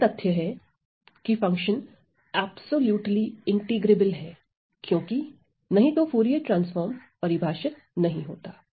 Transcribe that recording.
अब यह तथ्य है कि फंक्शन अब्सोल्युटली इंटीग्रेबल है क्योंकि नहीं तो फूरिये ट्रांसफॉर्म् परिभाषित नहीं होता